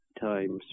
times